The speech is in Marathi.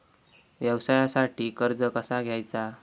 व्यवसायासाठी कर्ज कसा घ्यायचा?